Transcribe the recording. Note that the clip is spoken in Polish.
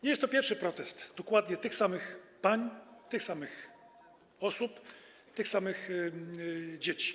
Nie jest to pierwszy protest dokładnie tych samych pań, tych samych osób, tych samych dzieci.